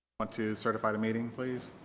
want to certify the meeting please?